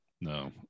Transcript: No